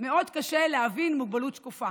קשה מאוד להבין מוגבלות שקופה